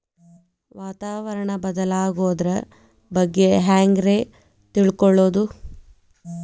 ವಾತಾವರಣ ಬದಲಾಗೊದ್ರ ಬಗ್ಗೆ ಹ್ಯಾಂಗ್ ರೇ ತಿಳ್ಕೊಳೋದು?